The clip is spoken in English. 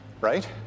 right